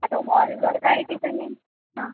आता वॉलवर काही ठिकाणी हां